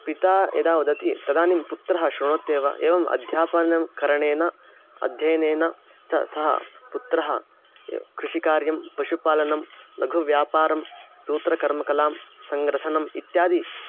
पिता यदा वदति तदानीं पुत्रः श्रुणोत्येव एवम् अध्यापनं करणेन अध्ययनेन च सः पुत्रः कृषिकार्यं पशुपालनं लघुव्यापारं सूत्रकर्मकलां सङ्ग्रथनम् इत्यादि